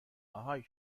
آهای